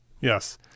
yes